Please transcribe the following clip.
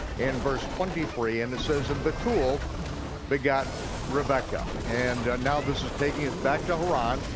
in verse twenty three, and it says, and bethuel begat rebekah, and now this is taking us back to haran.